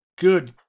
Good